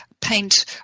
paint